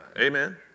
Amen